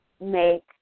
make